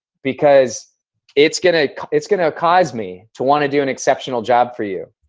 because it's going ah it's going to cause me to want to do an exceptional job for you.